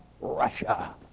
Russia